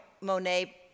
Monet